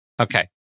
Okay